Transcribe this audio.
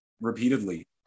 repeatedly